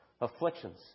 afflictions